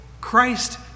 Christ